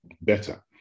better